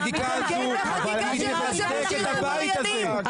החקיקה שמכשירה עבריינים.